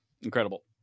incredible